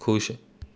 ਖੁਸ਼